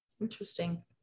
Interesting